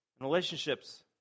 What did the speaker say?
relationships